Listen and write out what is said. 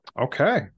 Okay